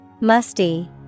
Musty